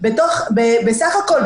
בסך הכול,